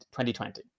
2020